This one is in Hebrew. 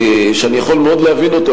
שאני יכול מאוד להבין אותו,